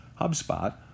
HubSpot